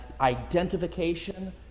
identification